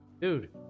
Dude